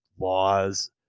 laws